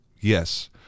Yes